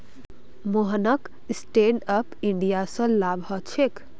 मोहनक stand up India स लाभ ह छेक